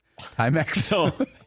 Timex